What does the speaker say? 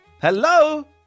Hello